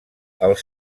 els